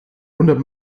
wundert